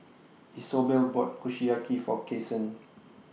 Isobel bought Kushiyaki For Kason